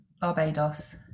Barbados